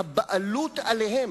"הבעלות עליהן",